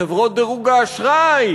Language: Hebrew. חברות דירוג האשראי,